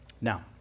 Now